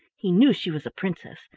he knew she was a princess,